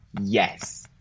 yes